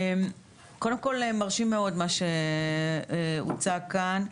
קודם כל זה מרשים מאוד מה שהוצג כאן.